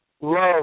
love